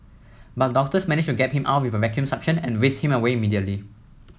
but doctors managed to get him out with a vacuum suction and whisked him away immediately